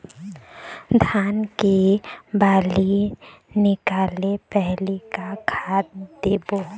धान के बाली निकले पहली का खाद देबो?